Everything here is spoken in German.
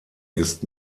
ist